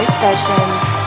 sessions